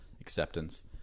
acceptance